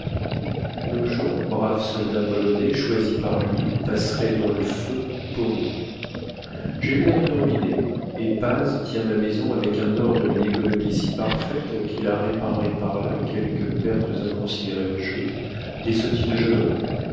nos gens braves soldats polonais choisis par lui passeraient dans le feu pour nous j'ai eu l'air de me ruiner et paz tient ma maison avec un ordre et une économie si parfaits qu'il a réparé par là quelques pertes inconsidérées au jeu des sottises de jeune homme